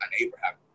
Abraham